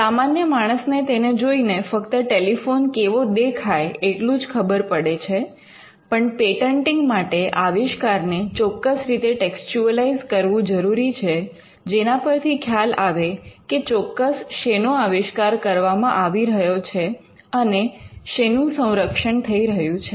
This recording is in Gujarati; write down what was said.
સામાન્ય માણસને તેને જોઈને ફક્ત ટેલિફોન કેવો દેખાય એટલું જ ખબર પડે છે પણ પેટન્ટિંગ માટે આવિષ્કારને ચોક્કસ રીતે ટેક્સચ્યુઅલાઇઝ કરવું જરૂરી છે જેના પરથી ખ્યાલ આવે કે ચોક્કસ શેનો આવિષ્કાર કરવામાં આવ્યો છે અને શેનું સંરક્ષણ થઈ રહ્યું છે